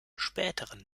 späteren